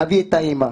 להביא את האימא,